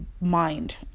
mind